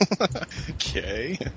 Okay